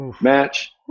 match